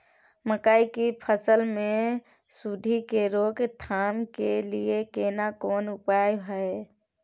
मकई की फसल मे सुंडी के रोक थाम के लिये केना कोन उपाय हय?